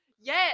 Yes